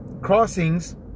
crossings